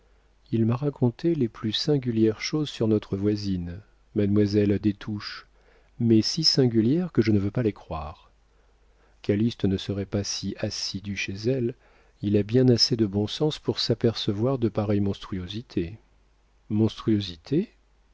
il m'a raconté les plus singulières choses sur notre voisine mademoiselle des touches mais si singulières que je ne veux pas les croire calyste ne serait pas si assidu chez elle il a bien assez de bon sens pour s'apercevoir de pareilles monstruosités monstruosités